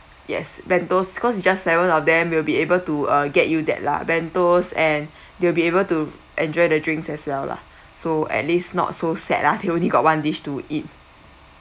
yes bentos cause just seven of them we will be able to uh get you that lah bentos and they will be able to enjoy the drinks as well lah so at least not so sad lah they only got one dish to eat